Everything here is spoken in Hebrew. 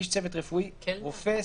"איש צוות רפואי" רופא,